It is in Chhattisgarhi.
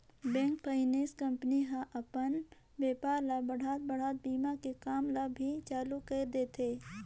बेंक, फाइनेंस कंपनी ह हर अपन बेपार ल बढ़ात बढ़ात बीमा के काम ल भी चालू कइर देथे